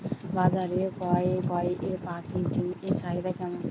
বাজারে কয়ের পাখীর ডিমের চাহিদা কেমন?